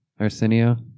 Arsenio